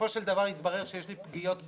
בסופו של דבר התברר שיש לי פגיעות בכליות,